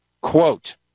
Quote